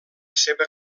seva